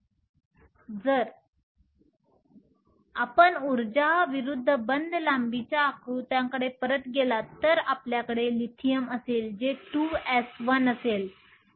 जर तुम्ही उर्जा विरुद्ध बंध लांबीच्या आकृत्याकडे परत गेलात जर आपल्याकडे लिथियम असेल जे 2s1 असेल